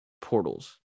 portals